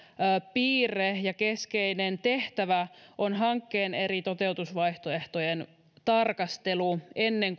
piirre ja keskeinen tehtävä on hankkeen eri toteutusvaihtoehtojen tarkastelu ennen